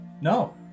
No